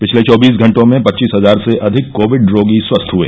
पिछले चौबीस घंटों में पच्चीस हजार से अधिक कोविड रोगी स्वस्थ हए